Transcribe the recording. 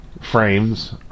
frames